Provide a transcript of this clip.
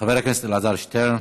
חבר הכנסת אלעזר שטרן,